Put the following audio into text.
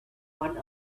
one